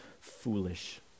foolish